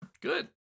Good